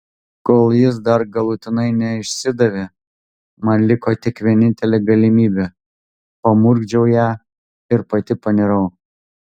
kol jis dar galutinai neišsidavė man liko tik vienintelė galimybė pamurkdžiau ją ir pati panirau